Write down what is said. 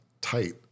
tight